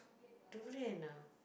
durian ah